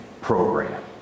program